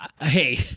Hey